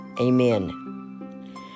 Amen